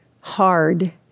hard